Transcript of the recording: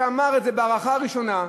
שאמר את זה בהארכה הראשונה.